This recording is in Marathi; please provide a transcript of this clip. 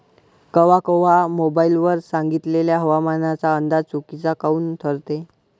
कवा कवा मोबाईल वर सांगितलेला हवामानाचा अंदाज चुकीचा काऊन ठरते?